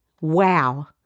Wow